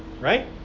right